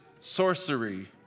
sorcery